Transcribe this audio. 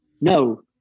No